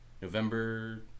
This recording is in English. November